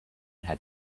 had